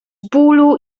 bólu